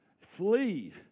Flee